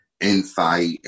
insight